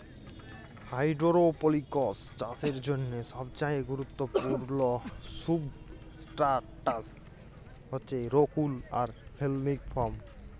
hydroponics চাষের জ্যনহে সবচাঁয়ে গুরুত্তপুর্ল সুবস্ট্রাটাস হছে রোক উল আর ফেললিক ফম